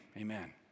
amen